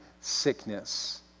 sickness